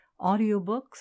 audiobooks